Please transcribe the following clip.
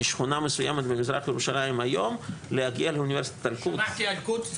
משכונה מסויימת במזרח ירושלים היום להגיע לאונ' אל-קודס.